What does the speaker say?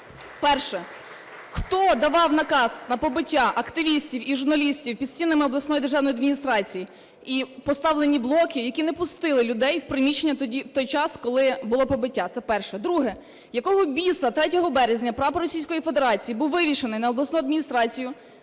Перше: хто давав наказ на побиття активістів і журналістів під стінами обласної державної адміністрації, і поставлені блоки, які не пустили людей в приміщення в той час, коли було побиття? Це перше. Друге. Якого біса 3 березня прапор Російської Федерації був вивішений на обласну адміністрацію